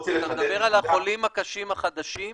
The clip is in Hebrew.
איזה אחוז מהמגעים האלה בסופו של דבר מסתיים בהדבקה.